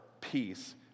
peace